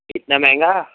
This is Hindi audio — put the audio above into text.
इतना महंगा